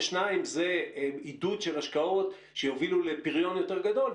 שניים זה עידוד של השקעות שיובילו לפריון יותר גדול,